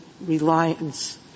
reliance